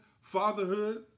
fatherhood